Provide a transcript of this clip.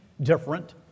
different